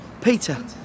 Peter